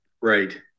right